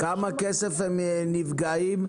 בכמה כסף הם נפגעים,